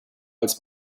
als